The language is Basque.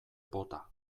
bota